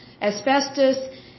asbestos